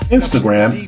Instagram